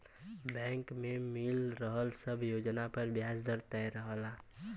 bank में मिल रहल सब योजना पर ब्याज दर तय रहला